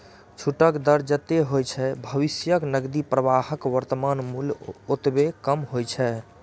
छूटक दर जतेक होइ छै, भविष्यक नकदी प्रवाहक वर्तमान मूल्य ओतबे कम होइ छै